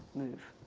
move.